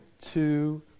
two